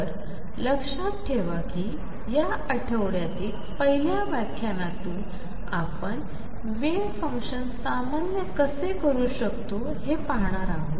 तर लक्षात ठेवा की या आठवड्यातील पहिल्या व्याख्यानातून आपण वेव्ह फंक्शन सामान्य कसे करू शकतो हे पाहणार आहोत